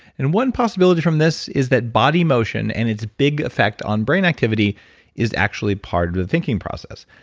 and one possibility from this is that body motion and it's big effect on brain activity is actually part of the thinking process.